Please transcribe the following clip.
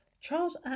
charles